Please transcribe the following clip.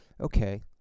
Okay